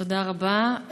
תודה רבה.